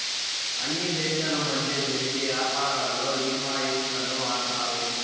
అన్ని దేశాల మధ్య జరిగే యాపారాల్లో ఇన్ వాయిస్ లను వాడతారు